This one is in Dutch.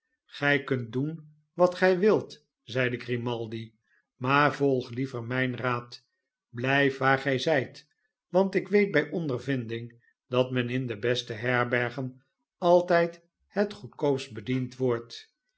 gij kunt doen wat gij wilt zeide grimaldi maar volg liever mijn raad blijf waar gh zijt want ik weet bij ondervinding dat men in de beste herbergen altijd het goedkoopst bediend wordt